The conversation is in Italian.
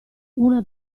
una